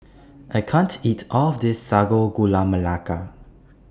I can't eat All of This Sago Gula Melaka